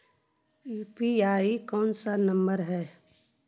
UPI कोन सा number हैं?